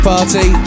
Party